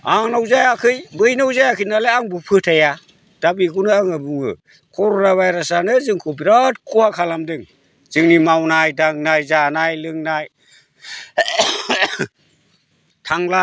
आंनाव जायाखै बैनाव जायाखै नालाय आंबो फोथाया दा बेखौनो आङो बुङो कर'ना भाइरासानो जोंखौ बिराद खहा खालामदों जोंनि मावनाय दांनाय जानाय लोंनाय थांला